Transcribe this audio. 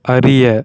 அறிய